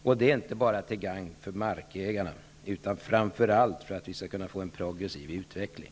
Detta är inte enbart till gagn för markägarna utan framför allt för en progressiv utveckling.